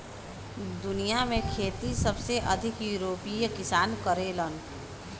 दुनिया में खेती सबसे अधिक यूरोपीय किसान कुल करेलन